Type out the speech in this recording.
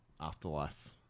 afterlife